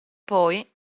poi